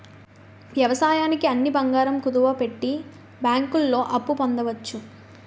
వ్యవసాయానికి అని బంగారం కుదువపెట్టి బ్యాంకుల్లో అప్పు పొందవచ్చు